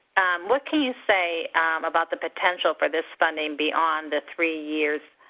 what can you say about the potential for this funding beyond the three years